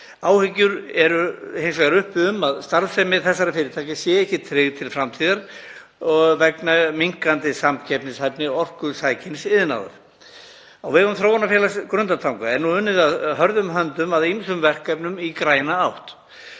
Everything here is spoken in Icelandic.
Áhyggjur eru hins vegar uppi um að starfsemi þessara fyrirtækja sé ekki tryggð til framtíðar vegna minnkandi samkeppnishæfni orkusækins iðnaðar. Á vegum Þróunarfélags Grundartanga er nú unnið hörðum höndum að ýmsum verkefnum í græna átt.